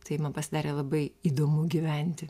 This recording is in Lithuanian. tai man pasidarė labai įdomu gyventi